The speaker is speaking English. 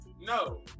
No